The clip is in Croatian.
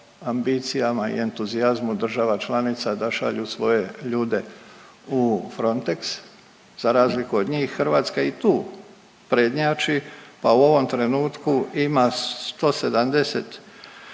ambicijama i entuzijazmu država članica da šalju svoje ljude u Frontex. Za razliku od njih, Hrvatska i tu prednjači pa u ovom trenutku ima 170